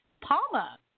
Palma